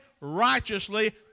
righteously